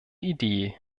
idee